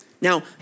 Now